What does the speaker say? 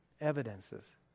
evidences